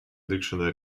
dictionary